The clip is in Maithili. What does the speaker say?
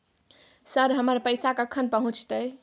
सर, हमर पैसा कखन पहुंचतै?